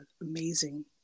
amazing